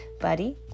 buddy